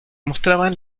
mostraban